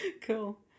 Cool